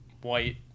white